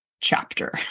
chapter